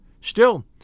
Still